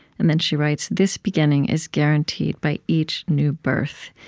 and then she writes, this beginning is guaranteed by each new birth.